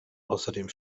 außerdem